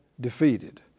defeated